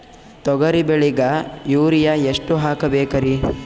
ತೊಗರಿ ಬೆಳಿಗ ಯೂರಿಯಎಷ್ಟು ಹಾಕಬೇಕರಿ?